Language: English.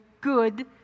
good